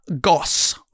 Goss